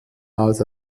als